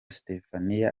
stephanie